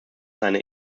seine